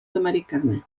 americana